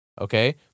Okay